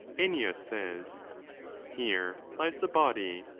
ennius says here lies the body,